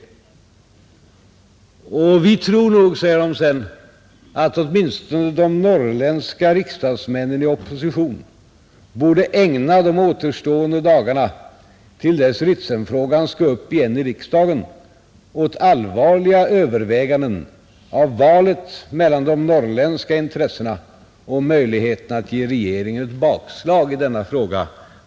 ——— Vi tror nog, att åtminstone de norrländska riksdagsmännen i opposition borde ägna de återstående dagarna till dess Ritsem-frågan skall upp igen i riksdagen, åt allvarliga överväganden av valet mellan de norrländska intressena och möjligheten att ge regeringen ett bakslag i denna fråga.